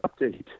update